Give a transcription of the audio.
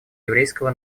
еврейского